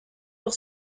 pour